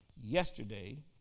yesterday